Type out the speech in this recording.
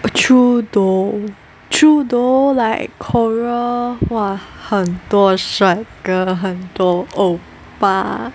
err true though true though like Korea !wah! 很多帅哥很多 oppa